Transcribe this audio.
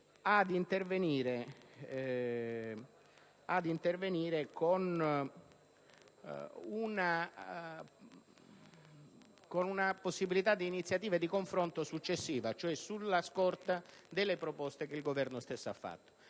ad intervenire con una possibilità d'iniziativa e di confronto successivi, cioè sulla scorta delle proposte che il Governo stesso ha avanzato.